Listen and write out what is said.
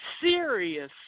serious